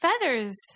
feathers